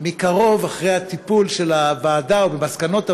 מקרוב אחרי הטיפול של הוועדה ומסקנות הוועדה,